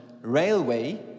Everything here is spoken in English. Railway